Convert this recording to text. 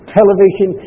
television